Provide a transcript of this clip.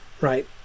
right